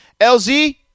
lz